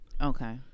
Okay